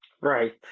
Right